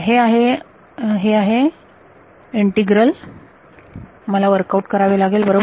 हे आहे हे आहे इंटीग्रल मला वर्कआउट करावे लागेल बरोबर